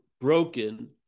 broken